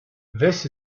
this